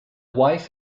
wife